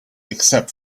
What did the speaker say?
except